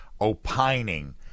opining